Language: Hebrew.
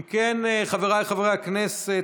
אם כן, חבריי חברי הכנסת,